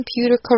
computer